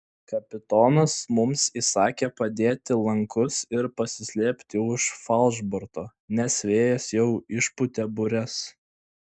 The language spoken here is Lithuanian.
kapitonas mums įsakė padėti lankus ir pasislėpti už falšborto nes vėjas jau išpūtė bures